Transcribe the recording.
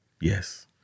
Yes